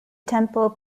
temple